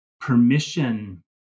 permission